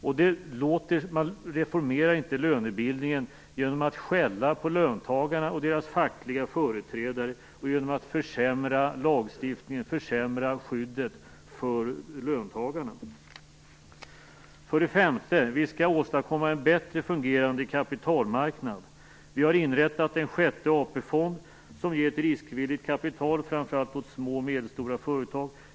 Man reformerar inte lönebildningen genom att skälla på löntagarna och deras fackliga företrädare och genom att försämra lagstiftningen, skyddet för löntagarna. 5. Vi skall åstadkomma en bättre fungerande kapitalmarknad. Vi har inrättat Sjätte AP-fonden, som ger riskvilligt kapital framför allt till små och medelstora företag.